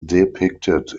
depicted